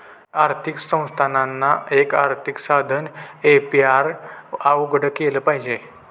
आर्थिक संस्थानांना, एक आर्थिक साधन ए.पी.आर उघडं केलं पाहिजे